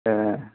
ए